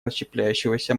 расщепляющегося